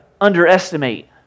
underestimate